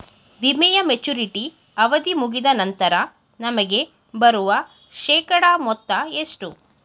ವಿಮೆಯ ಮೆಚುರಿಟಿ ಅವಧಿ ಮುಗಿದ ನಂತರ ನಮಗೆ ಬರುವ ಶೇಕಡಾ ಮೊತ್ತ ಎಷ್ಟು?